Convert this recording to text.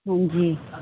ਹਾਂਜੀ